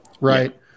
right